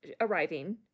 arriving